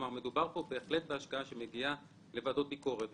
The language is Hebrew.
מדובר פה בהשקעה שמגיעה לוועדות ביקורת,